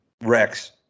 Rex